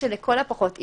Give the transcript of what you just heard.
לכל הפחות,